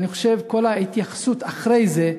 כל ההתייחסות אחרי זה,